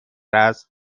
است